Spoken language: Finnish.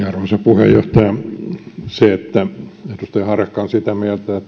arvoisa puheenjohtaja se että edustaja harakka on sitä mieltä että